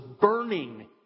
burning